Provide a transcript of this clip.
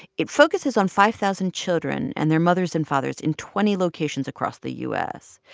it focuses on five thousand children and their mothers and fathers in twenty locations across the u s.